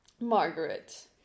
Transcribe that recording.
Margaret